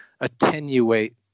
attenuate